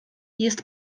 jest